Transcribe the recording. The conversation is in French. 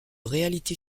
réalité